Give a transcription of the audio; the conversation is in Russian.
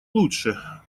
лучше